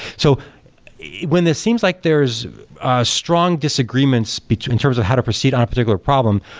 so when this seems like there's strong disagreements but in terms of how to proceed on a particular problem,